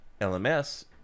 LMS